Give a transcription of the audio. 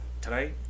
tonight